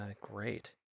Great